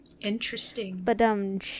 Interesting